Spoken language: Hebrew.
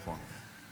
נכון.